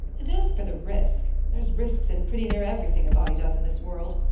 and as for the risk, there's risks in pretty near everything a body does in this world.